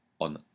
on